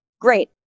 great